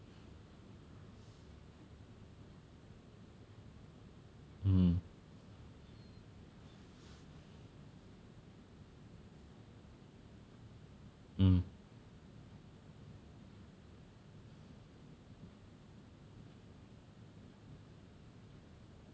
mm mm